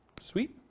Sweet